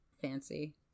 fancy